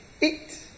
eat